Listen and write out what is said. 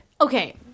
Okay